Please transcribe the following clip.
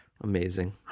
Amazing